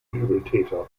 übeltäter